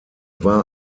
war